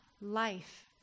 life